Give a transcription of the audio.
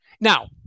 Now